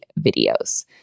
videos